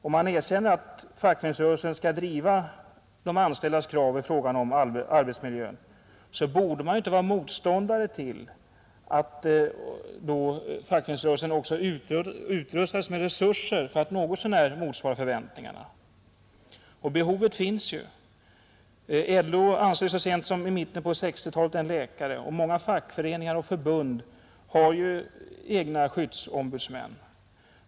Om man erkänner att fackföreningsförelsen skall driva de anställdas krav i fråga om arbetsmiljön, borde man inte vara motståndare till att fackföreningsrörelsen också utrustas med resurser som något så när motsvarar de förväntningarna. Behovet finns ju. Landsorganisationen anställde så sent som i mitten av 1960-talet en läkare, och många fackföreningar och förbund har ju egna skyddsombudsmän.